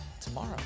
tomorrow